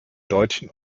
deutschen